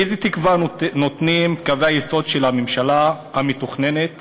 איזה תקווה נותנים קווי היסוד של הממשלה המתוכננת